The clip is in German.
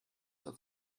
auf